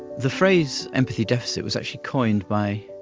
the phrase empathy deficit was actually coined by